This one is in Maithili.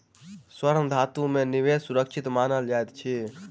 स्वर्ण धातु में निवेश सुरक्षित मानल जाइत अछि